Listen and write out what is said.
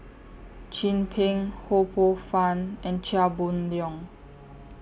Chin Peng Ho Poh Fun and Chia Boon Leong